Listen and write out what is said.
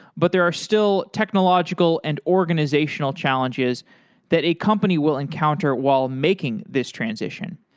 but there are still technological and organizational challenges that a company will encounter while making this transition.